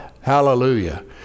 hallelujah